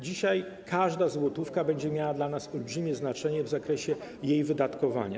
Dzisiaj każda złotówka będzie miała dla nas olbrzymie znaczenie w zakresie jej wydatkowania.